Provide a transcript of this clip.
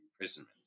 imprisonment